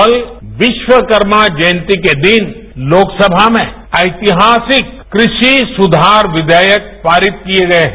कल विश्वकर्मा जयंती के दिन लोकसभा में ऐतिहासिक कृषि सुधार विषेयक पारित किए गए हैं